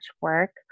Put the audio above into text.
work